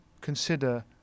consider